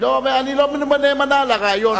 אני לא נאמנה לרעיון.